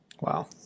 Wow